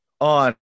on